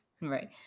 right